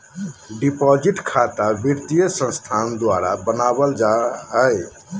deposit खता वित्तीय संस्थान द्वारा बनावल जा हइ